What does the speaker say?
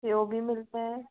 भी मिलते हैं